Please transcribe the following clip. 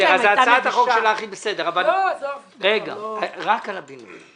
הצעת החוק שלך היא בסדר, אבל רק על הבינוי.